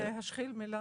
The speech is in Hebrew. להשחיל מילה